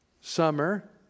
summer